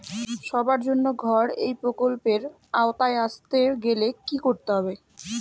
সবার জন্য ঘর এই প্রকল্পের আওতায় আসতে গেলে কি করতে হবে?